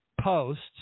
posts